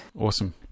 Awesome